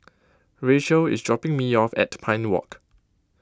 Rachael is dropping me off at Pine Walk